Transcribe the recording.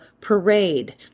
parade